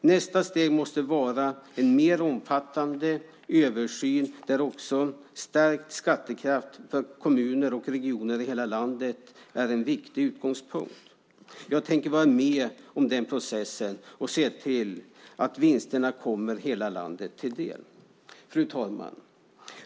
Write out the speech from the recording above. Nästa steg måste vara en mer omfattande översyn där också stärkt skattekraft för kommuner och regioner i hela landet är en viktig utgångspunkt. Jag tänker vara med om den processen och se till att vinsterna kommer hela landet till del. Fru talman!